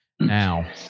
now